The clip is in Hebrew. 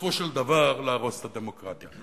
בסופו של דבר להרוס את הדמוקרטיה.